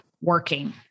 working